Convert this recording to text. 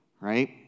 right